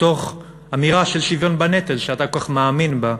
מתוך אמירה של שוויון בנטל שאתה כל כך מאמין בו,